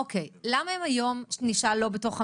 אוקיי, למה הם היום לא בתוך המערכת?